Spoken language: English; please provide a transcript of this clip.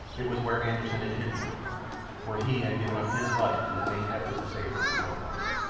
it was where anderssen had hidden her where he had given up his life in the vain effort to save her from rokoff.